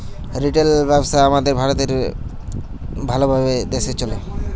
retail ব্যবসা আমাদের ভারতে ভাল ভাবে দ্যাশে চলে